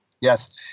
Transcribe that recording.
Yes